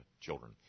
children